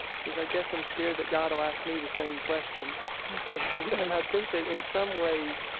says, i guess i'm scared that god will ask me the same question and i think that in some ways,